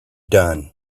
done